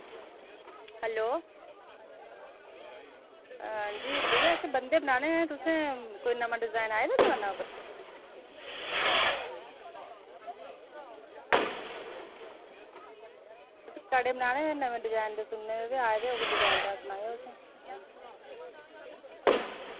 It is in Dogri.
हैलो अंजी भैया असें बन्धे बनाने हे तुसें कोई नमां डिजाईन आए दा दकाना पर असें कड़े बनाने हे नमें डिजाईन दे सुन्ने दे आए दे होङन तां सनाएओ ते